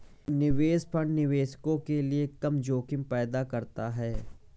निवेश फंड निवेशकों के लिए कम जोखिम पैदा करते हैं